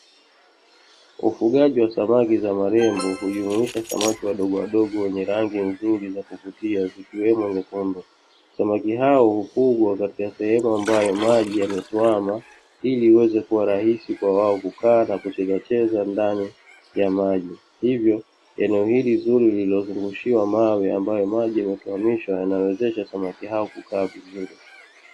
Ufugaji wa samaki wa urembo, hujumuisha samaki wadogowadogo wenye rangi nzuri za kuvutia zikiwemo nyekundu. Samaki hao hufugwa katika sehemu ambayo maji yametuama ili iweze kuwa rahisi kwa wao kukaa na kuchezacheza ndani ya maji hivyo eneo hili zuri lililozungushiwa mawe ambayo maji yametuamishwa yanawezesha samaki hao kukaa vizuri.